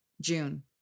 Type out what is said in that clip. June